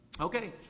Okay